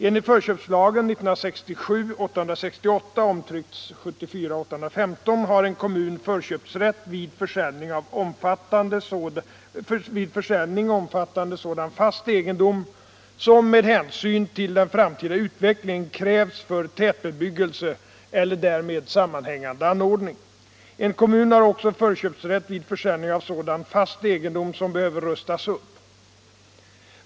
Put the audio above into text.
Enligt förköpslagen har en kommun förköpsrätt vid försäljning omfattande sådan fast egendom som med hänsyn till den framtida utvecklingen krävs för tätbebyggelse eller därmed sammanhängande anordning. En kommun har också förköpsrätt vid försäljning av sådan fast egendom som behöver rustas upp.